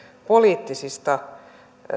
poliittisista